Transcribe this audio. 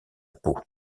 peau